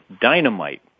dynamite